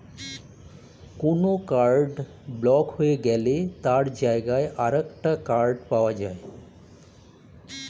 কোনো card block হয়ে গেলে তার জায়গায় আরেকটা কার্ড পাওয়া যায়